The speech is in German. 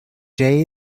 jade